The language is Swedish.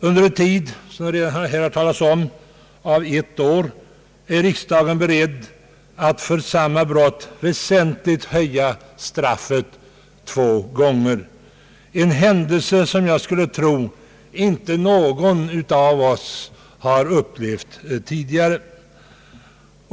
Under en tid av ett år, det har redan berörts, är riksdagen beredd att två gånger väsentligt skärpa straffet för samma brott — en händelse som jag skulle tro att ingen av oss har upplevt tidigare.